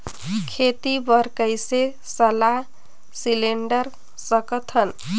खेती बर कइसे सलाह सिलेंडर सकथन?